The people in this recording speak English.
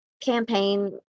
campaign